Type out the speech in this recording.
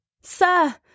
Sir